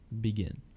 begin